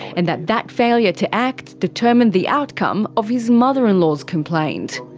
and that that failure to act determined the outcome of his mother-in-law's complaint.